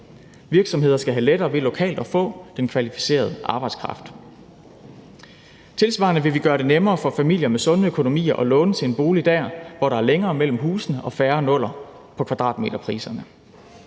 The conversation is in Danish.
Virksomheder skal have lettere ved lokalt at få kvalificeret arbejdskraft. Tilsvarende vil vi gøre det nemmere for familier med sunde økonomier at låne til en bolig der, hvor der er længere mellem husene og færre nuller på kvadratmeterpriserne.